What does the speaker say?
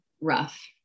rough